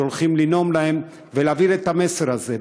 שהולכים לנאום להם ולהעביר את המסר הזה.